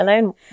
alone